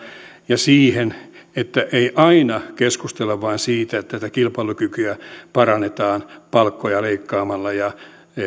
ja siihen että ei aina keskustella vain siitä että kilpailukykyä parannetaan palkkoja leikkaamalla ja